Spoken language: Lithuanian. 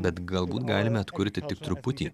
bet galbūt galime atkurti tik truputį